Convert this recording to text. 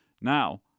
Now